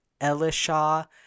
Elisha